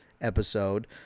episode